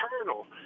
eternal